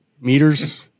Meters